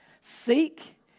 Seek